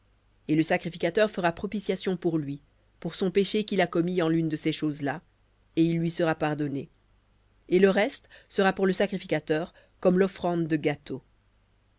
et le sacrificateur fera propitiation pour lui pour son péché qu'il a commis en l'une de ces choses-là et il lui sera pardonné et le sera pour le sacrificateur comme l'offrande de gâteau